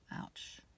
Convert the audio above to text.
Ouch